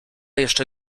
jeszcze